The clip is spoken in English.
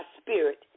spirit